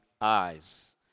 eyes